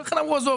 אמרו: עזבו,